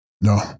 No